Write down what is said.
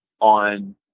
on